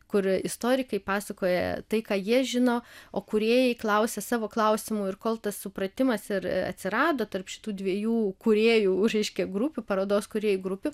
kur istorikai pasakoja tai ką jie žino o kūrėjai klausia savo klausimų ir kol tas supratimas ir atsirado tarp šitų dviejų kūrėjų reiškia grupių parodos kūrėjų grupių